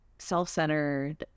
self-centered